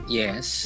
yes